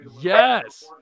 yes